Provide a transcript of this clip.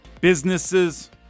businesses